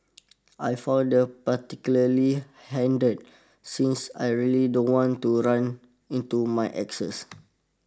I found that particularly handed since I really don't want to run into my exes